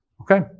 Okay